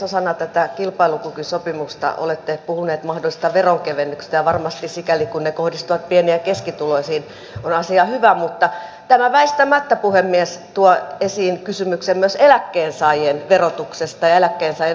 osana tätä kilpailukykysopimusta olette puhuneet mahdollisista veronkevennyksistä ja varmasti sikäli kuin ne kohdistuvat pieni ja keskituloisiin on asia hyvä mutta tämä väistämättä puhemies tuo esiin kysymyksen myös eläkkeensaajien verotuksesta ja eläkkeensaajien oikeudenmukaisesta kohtelusta